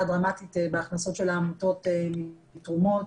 דרמטית בהכנסות של העמותות מתרומות,